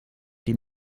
die